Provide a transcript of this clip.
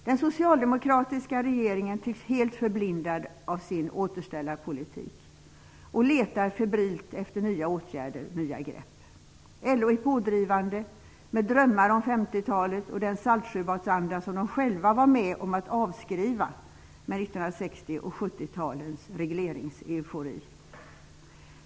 Den socialdemokratiska regeringen tycks helt förblindad av sin återställarpolitik och letar febrilt efter nya åtgärder, nya grepp. LO är pådrivande med drömmar om 1950-talet och den Saltsjöbadsanda som de själva var med om att avskriva med 1960 och 1970-talens lagregleringseufori.